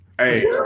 Hey